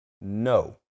No